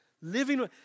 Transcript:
living